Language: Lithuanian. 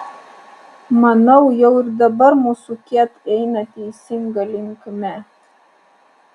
manau jau ir dabar mūsų ket eina teisinga linkme